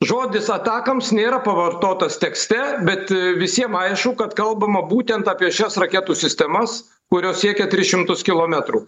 žodis atakoms nėra pavartotas tekste bet visiem aišku kad kalbama būtent apie šias raketų sistemas kurios siekia tris šimtus kilometrų